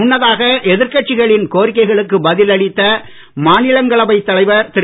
முன்னதாக எதிர்கட்சிகளின் கோரிக்கைகளுக்கு பதில் அளித்த மாநிலங்களவைத் தலைவர் திரு